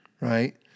right